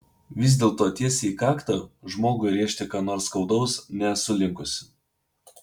vis dėlto tiesiai į kaktą žmogui rėžti ką nors skaudaus nesu linkusi